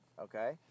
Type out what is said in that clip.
Okay